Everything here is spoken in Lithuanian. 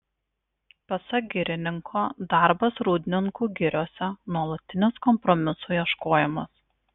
pasak girininko darbas rūdninkų giriose nuolatinis kompromisų ieškojimas